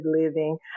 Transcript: living